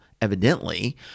evidently